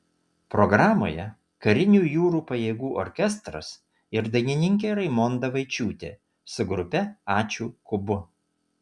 programoje karinių jūrų pajėgų orkestras ir dainininkė raimonda vaičiūtė su grupe ačiū kubu